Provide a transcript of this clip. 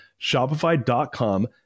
Shopify.com